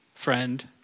friend